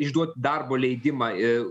išduoti darbo leidimą ir